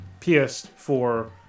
PS4